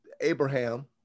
Abraham